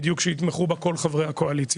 בדיוק כמו שיתמכו בה כל חברי הקואליציה,